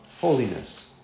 holiness